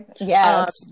Yes